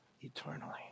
eternally